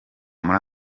muri